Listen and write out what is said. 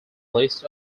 list